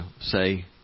say